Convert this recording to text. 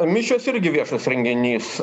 mišios irgi viešas renginys